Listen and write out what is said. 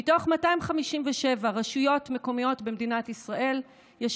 ב-257 רשויות מקומיות במדינת ישראל יש